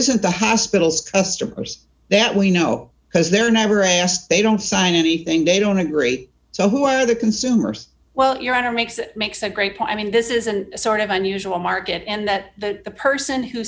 isn't the hospitals customers that we know because they're never a us they don't sign anything they don't agree so who are the consumers well your honor makes it makes a great point i mean this isn't a sort of unusual market and that the person who